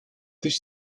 dış